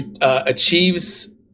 achieves